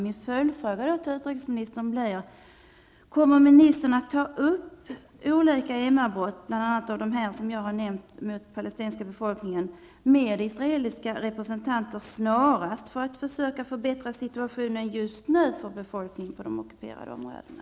Min följdfråga till utrikesministern blir: Kommer ministern att snarast ta upp olika MR brott -- bl.a. de som jag har nämnt, mot den palestinska befolkningen -- med israeliska representanter för att försöka förbättra situationen just nu för befolkningen på de ockuperade områdena?